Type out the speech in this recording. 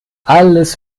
alles